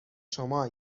شما